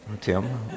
Tim